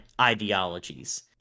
ideologies